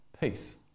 peace